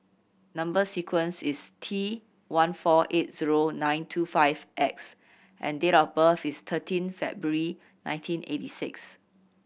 number sequence is T one four eight zero nine two five X and date of birth is thirteen February nineteen eighty six